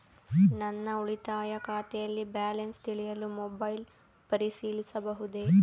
ನನ್ನ ಉಳಿತಾಯ ಖಾತೆಯಲ್ಲಿ ಬ್ಯಾಲೆನ್ಸ ತಿಳಿಯಲು ಮೊಬೈಲ್ ಪರಿಶೀಲಿಸಬಹುದೇ?